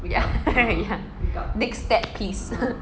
next step please